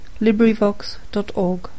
LibriVox.org